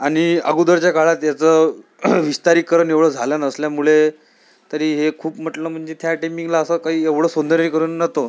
आणि अगोदरच्या काळात याचं विस्तारीकरण एवढं झालं नसल्यामुळे तरी हे खूप म्हटलं म्हणजे त्या टाइमिंगला असं काही एवढं सौंदर्यीकरण नतं